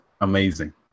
amazing